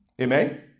Amen